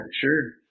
sure